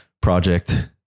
project